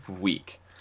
week